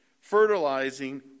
fertilizing